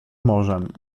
morzem